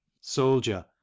Soldier